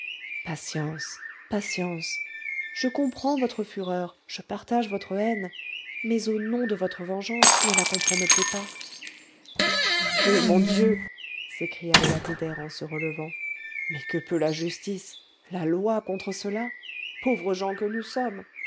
patience patience je comprends votre fureur je partage votre haine mais au nom de votre vengeance ne la compromettez pas mon dieu mon dieu s'écria le lapidaire en se relevant mais que peut la justice la loi contre cela pauvres gens que nous sommes